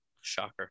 Shocker